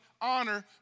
honor